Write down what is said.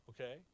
okay